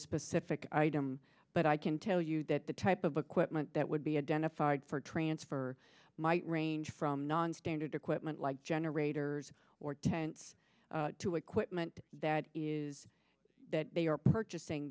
specific item but i can tell you that the type of equipment that would be identified for transfer might range from nonstandard equipment like generators or tents to equipment that is that they are purchasing